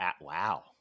Wow